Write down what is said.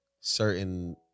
certain